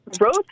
Road